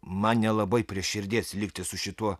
man nelabai prie širdies likti su šituo